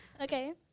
Okay